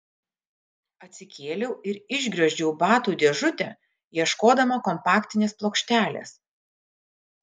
atsikėliau ir išgriozdžiau batų dėžutę ieškodama kompaktinės plokštelės